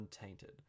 untainted